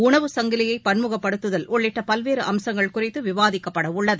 உணவு சங்கிலியை பன்முகப்படுத்துதல் உள்ளிட்ட பல்வேறு அம்சங்கள் குறித்து விவாதிக்கப்பட உள்ளது